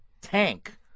tank